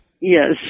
Yes